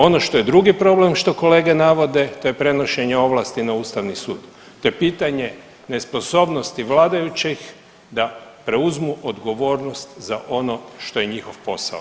Ono što je drugi problem, što kolege navode, to je prenošenje ovlasti na Ustavni sud, to je pitanje nesposobnosti vladajućih da preuzmu odgovornost za ono što je njihov posao.